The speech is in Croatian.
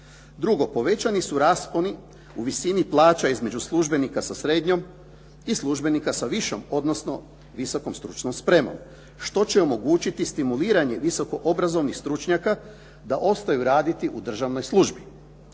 Drugo, povećani su rasponi u visini plaća između službenika sa srednjom i službenika sa višom odnosno visokom stručnom spremom što će omogućiti stimuliranje visoko obrazovnih stručnjaka da ostaju raditi u državnoj službi.